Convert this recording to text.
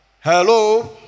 Hello